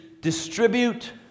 distribute